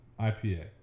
ipa